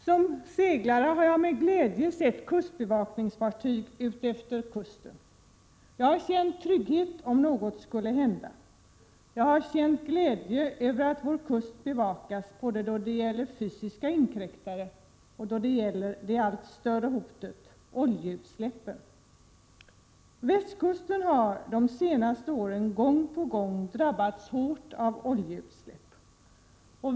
Som seglare har jag med glädje sett kustbevakningens fartyg utefter kusten — känt trygghet om något skulle hända, glädje över att vår kust bevakas både då det gäller fysiska inkräktare och då det gäller det allt större hotet — oljeutsläppen. Västkusten har ju de senaste åren gång på gång drabbats hårt av oljeutsläpp.